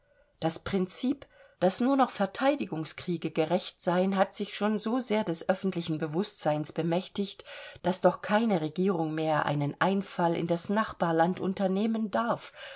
das prinzip daß nur noch verteidigungskriege gerecht seien hat sich schon so sehr des öffentlichen bewußtseins bemächtigt daß doch keine regierung mehr einen einfall in das nachbarland unternehmen darf